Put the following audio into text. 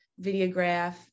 videograph